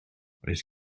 oes